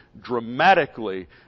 dramatically